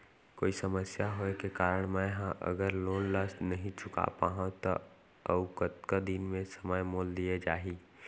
कोई समस्या होये के कारण मैं हा अगर लोन ला नही चुका पाहव त अऊ कतका दिन में समय मोल दीये जाही?